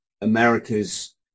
America's